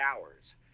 hours